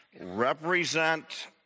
represent